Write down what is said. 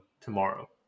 tomorrow